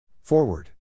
Forward